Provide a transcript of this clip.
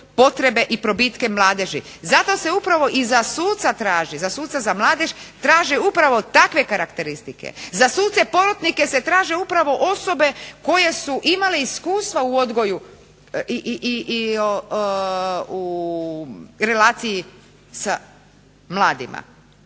potrebe i probitke mladeži. Zato se upravo i za suca traži, za suca za mladež traže upravo takve karakteristike, za suce porotnike se traže upravo osobe koje su imale iskustva u odgoju i u relaciji sa mladima,